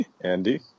Andy